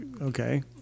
okay